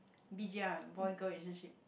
b_g_r boy girl relationship